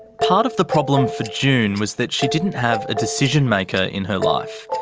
part of the problem for june was that she didn't have a decision-maker in her life.